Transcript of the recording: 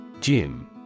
Jim